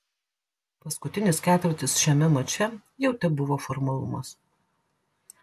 paskutinis ketvirtis šiame mače jau tebuvo formalumas